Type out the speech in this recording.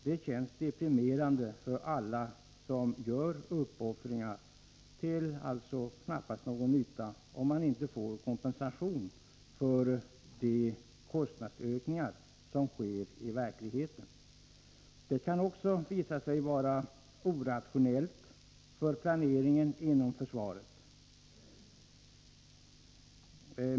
Det känns deprimerande för alla som gör uppoffringar, då dessa knappast blir till någon nytta, om det inte ges kompensation för kostnadsökningarna. Det kan också visa sig vara orationellt med hänsyn till planeringen inom försvaret.